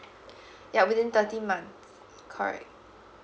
yup within thirty months correct